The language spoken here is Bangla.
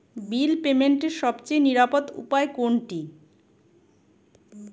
বিল পেমেন্টের সবচেয়ে নিরাপদ উপায় কোনটি?